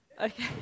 Okay